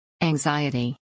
Anxiety